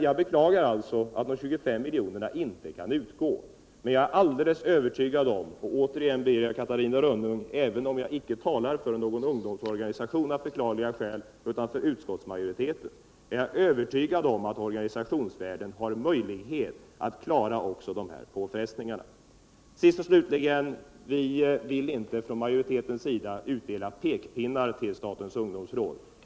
Jag beklagar att de 25 miljonerna inte kan utgå. Men även om jag av förklarliga skäl inte talar för någon ungdomsorgansiation utanför utskottsmajoriteten, är jag alldeles övertygad om att organisationsvärlden har möjlighet att klara de här påfrestningarna. Till sist kan jag säga att vi från majoritetens sida inte vill dela ut pekpinnar till statens ungdomsråd.